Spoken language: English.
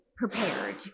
Prepared